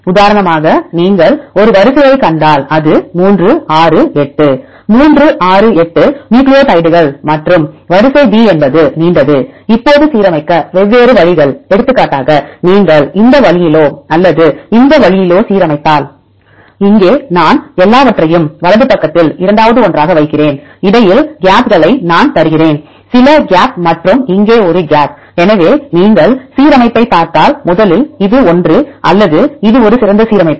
உதாரணமாக நீங்கள் ஒரு வரிசையைக் கண்டால் இது 3 6 8 3 6 8 நியூக்ளியோடைடுகள் மற்றும் வரிசை b என்பது நீண்டது இப்போது சீரமைக்க வெவ்வேறு வழிகள் எடுத்துக்காட்டாகநீங்கள் இந்த வழியிலோ அல்லது இந்த வழியிலோ சீரமைத்தால் இங்கே நான் எல்லாவற்றையும் வலது பக்கத்தில் இரண்டாவது ஒன்றாக வைக்கிறேன் இடையில் கேப்களை நான் தருகிறேன் சில கேப் மற்றும் இங்கே ஒரு கேப் எனவே நீங்கள் சீரமைப்பைப் பார்த்தால் முதலில் இது ஒன்று அல்லது இது ஒரு சிறந்த சீரமைப்பு